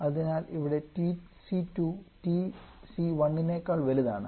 അതിനാൽ ഇവിടെ TC2 TC1 നെക്കാൾ വലുതാണ്